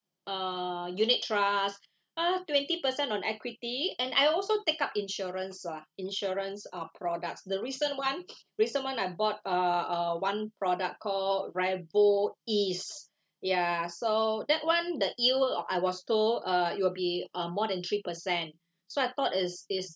err unit trust uh twenty percent on equity and I also take up insurance ah insurance uh products the recent one recent one I bought uh uh one product called rai~ eas~ ya so that one the yield uh I was told uh it will be um more than three percent so I thought it's is